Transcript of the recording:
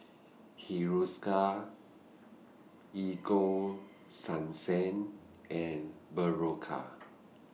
Hiruscar Ego Sunsense and Berocca